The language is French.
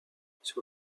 sur